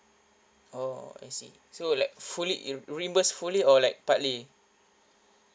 oh I see so like fully re~ reimburse fully or like partly